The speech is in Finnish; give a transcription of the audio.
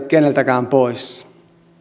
keneltäkään pois